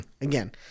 again